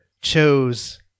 chose